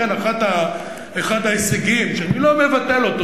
אחד ההישגים, אני לא מבטל אותו.